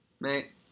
Mate